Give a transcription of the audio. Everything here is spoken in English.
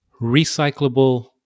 recyclable